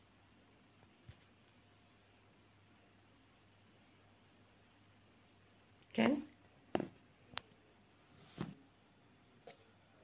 can